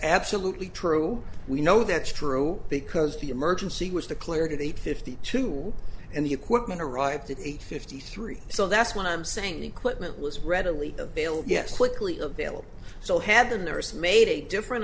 absolutely true we know that's true because the emergency was declared eight fifty two and the equipment arrived at eight fifty three so that's what i'm saying equipment was readily available yes quickly available so had the nurse made a different